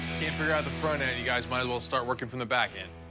can't figure out the front end, you guys might as well start working from the back end.